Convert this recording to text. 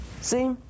See